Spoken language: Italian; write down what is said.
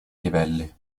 livelli